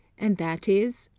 and that is,